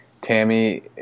Tammy